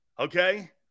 Okay